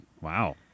Wow